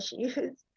issues